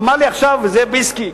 אמר לי עכשיו זאב בילסקי,